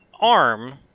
arm